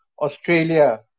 Australia